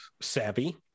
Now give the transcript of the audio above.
savvy